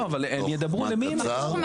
לאב, אבל הם ידברו, למי הם ידברו?